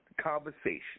conversation